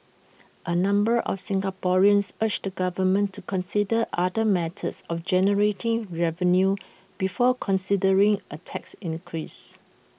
A number of Singaporeans urged the government to consider other methods of generating revenue before considering A tax increase